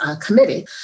Committee